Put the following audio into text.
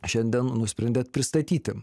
šiandien nusprendėt pristatyti